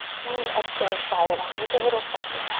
and exhale, sigh it out, make a little sound.